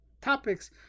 topics